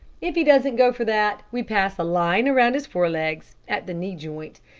if he doesn't go for that, we pass a line round his forelegs, at the knee joint,